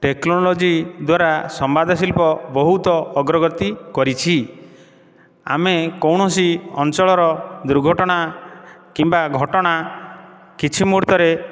ଟେକ୍ନୋଲୋଜିଦ୍ଵାରା ସମାଜ ଶିଳ୍ପ ବହୁତ ଅଗ୍ରଗତି କରିଛି ଆମେ କୌଣସି ଅଞ୍ଚଳର ଦୁର୍ଘଟଣା କିମ୍ବା ଘଟଣା କିଛି ମୁହୂର୍ତ୍ତରେ